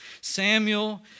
Samuel